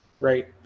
right